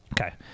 Okay